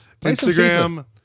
Instagram